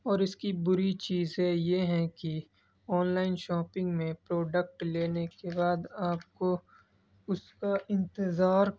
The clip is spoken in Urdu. اور اس کی بری چیزیں یہ ہیں کہ آنلائن شاپنگ میں پروڈکٹ لینے کے بعد آپ کو اس کا انتظار